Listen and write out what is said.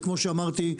וכמו שאמרתי,